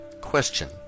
Question